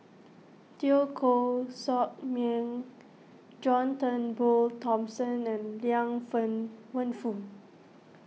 Teo Koh Sock Miang John Turnbull Thomson and Liang Fen Wenfu